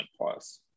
plus